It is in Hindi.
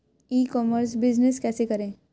ई कॉमर्स बिजनेस कैसे करें?